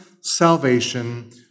salvation